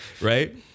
right